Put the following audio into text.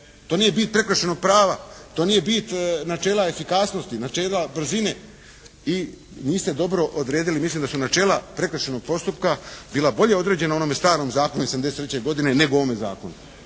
to nije bit prekršajnog prava, to nije bit načela efikasnosti, načela brzine i niste dobro odredili, mislim da su načela prekršajnog postupka bila bolje određena u onome starom zakonu iz …/Govornik